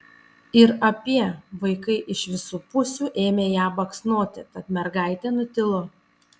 ir apie vaikai iš visų pusių ėmė ją baksnoti tad mergaitė nutilo